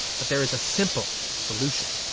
but there is simple solution.